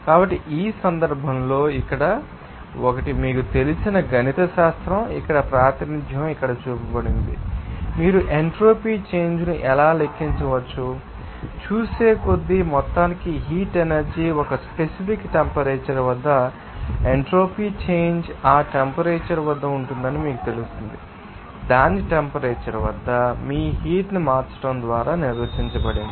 కాబట్టి ఈ సందర్భంలో ఇక్కడ ఒకటి మీకు తెలిసిన గణితశాస్త్రం ఇక్కడ ప్రాతినిధ్యం ఇక్కడ చూపబడింది అంటే మీరు ఎంట్రోపీ చేంజ్ ను ఎలా లెక్కించవచ్చు మీరు చూసే కొద్ది మొత్తానికి హీట్ ఎనర్జీ ఒక స్పెసిఫిక్ టెంపరేచర్ వద్ద ఎంట్రోపీ చేంజ్ ఆ టెంపరేచర్ వద్ద ఉంటుందని మీకు తెలుస్తుంది దాని టెంపరేచర్ వద్ద మీ హీట్ ని మార్చడం ద్వారా నిర్వచించబడింది